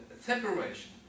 separation